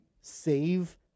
save